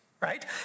right